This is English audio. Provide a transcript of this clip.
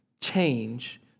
change